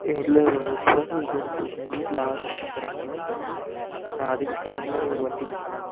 இல்லை குலதெய்வ கோயிலுக்கு போணும் வீட்டில ஆறுபேர் இருக்கிறாங்க அதுக்குத் தகுந்தமாதிரி ஒரு வண்டி புக் பண்ணுங்கண்ணா